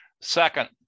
Second